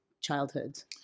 childhoods